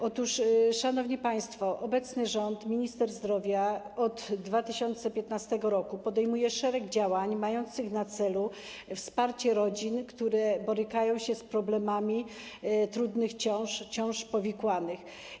Otóż, szanowni państwo, obecny rząd, minister zdrowia od 2015 r podejmuje szereg działań mających na celu wsparcie rodzin, które borykają się z problemami trudnych ciąż, ciąż powikłanych.